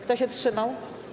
Kto się wstrzymał?